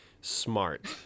Smart